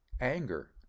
anger